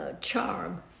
charm